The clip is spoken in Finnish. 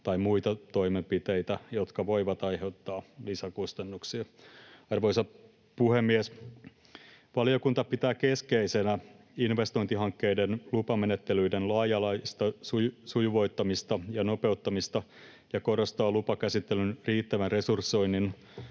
tai muita toimenpiteitä, jotka voivat aiheuttaa lisäkustannuksia. Arvoisa puhemies! Valiokunta pitää keskeisenä investointihankkeiden lupamenettelyiden laaja-alaista sujuvoittamista ja nopeuttamista ja korostaa lupakäsittelyn riittävän resursoinnin,